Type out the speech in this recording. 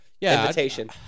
Invitation